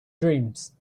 dreams